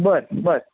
बरं बर